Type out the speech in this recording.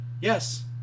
yes